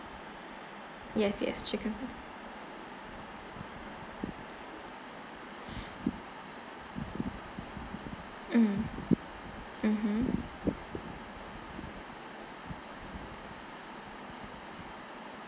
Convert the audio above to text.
yes yes chicken mm mmhmm